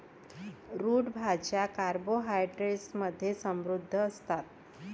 route भाज्या carbohydrates मध्ये समृद्ध असतात